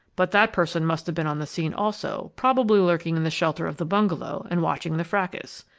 but that person must have been on the scene also, probably lurking in the shelter of the bungalow and watching the fracas.